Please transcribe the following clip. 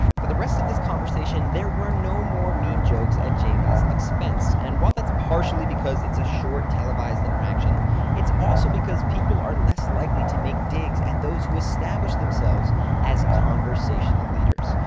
for the rest of this conversation, there were no more mean jokes at james' expense and while that's partially because it's a short televised interaction it's also because people are less likely to make digs at those who established themselves as conversational leaders.